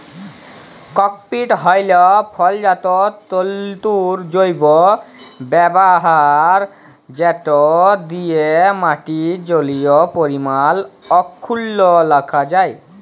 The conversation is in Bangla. ককপিট হ্যইল ফলজাত তল্তুর জৈব ব্যাভার যেট দিঁয়ে মাটির জলীয় পরিমাল অখ্খুল্ল রাখা যায়